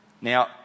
Now